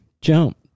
jump